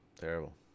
terrible